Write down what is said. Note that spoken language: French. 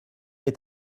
est